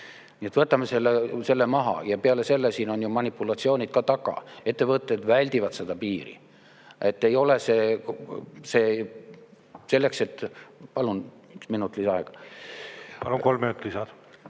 Nii et võtame selle maha. Ja peale selle siin on ju manipulatsioonid taga, ettevõtted väldivad seda piiri. Ei ole see selleks, et … Palun üks minut lisaaega. Palun, kolm minutit lisa.